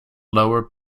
lower